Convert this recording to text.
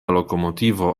lokomotivo